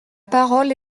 parole